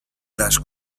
las